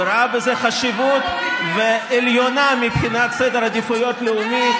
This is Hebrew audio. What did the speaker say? וראה בזה חשיבות עליונה מבחינת סדר העדיפויות הלאומי,